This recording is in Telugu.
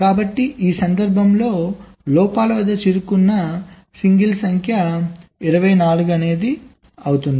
కాబట్టి ఈ సందర్భంలో లోపాల వద్ద చిక్కుకున్న సింగిల్ సంఖ్య 24 అవుతుంది